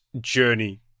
journey